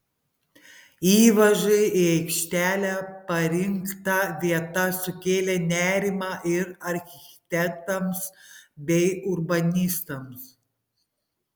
įvažai į aikštelę parinkta vieta sukėlė nerimą ir architektams bei urbanistams